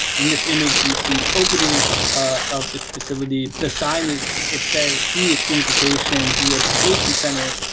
in this image you see the opening of this facility. the signage, it says de-extremification reeducation center.